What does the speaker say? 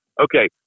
okay